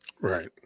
Right